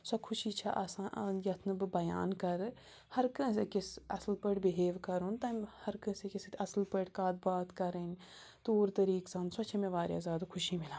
سۄ خوشی چھےٚ آسان آں یَتھ نہٕ بہٕ بیان کَرٕ ہَر کٲنٛسہِ أکِس اَصٕل پٲٹھۍ بِہیو کَرُن تمہِ ہَر کٲنٛسہِ أکِس سۭتۍ اَصٕل پٲٹھۍ کَتھ باتھ کَرٕنۍ طور طریٖقہ سان سۄ چھےٚ مےٚ واریاہ زیادٕ خوشی مِلان